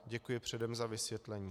Děkuji předem za vysvětlení.